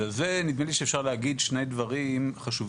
אז על זה נדמה לי שאפשר להגיד שני דברים חשובים.